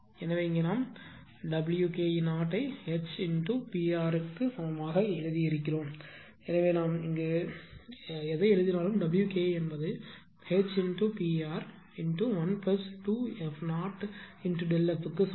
எனவே இங்கே நாம் Wke0 ஐ HPr க்கு சமமாக எழுதியுள்ளோம் எனவே நாம் இங்கே எதை எழுதினாலும் W ke என்பது HPr12f0Δfக்கு சமம்